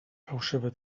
fałszywy